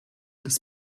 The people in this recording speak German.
des